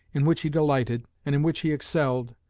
in which he delighted, and in which he excelled,